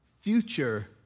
future